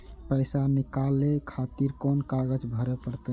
पैसा नीकाले खातिर कोन कागज भरे परतें?